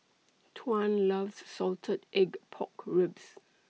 Tuan loves Salted Egg Pork Ribs